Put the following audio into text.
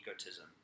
egotism